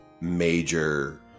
major